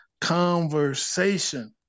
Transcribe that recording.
conversation